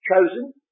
chosen